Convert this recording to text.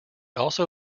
also